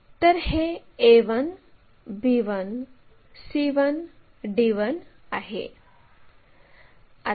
तर हे a1 b1 c1 d1 आहे